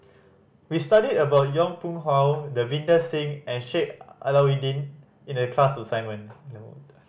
we studied about Yong Pung How Davinder Singh and Sheik Alau'ddin in the class assignment no